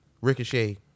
Ricochet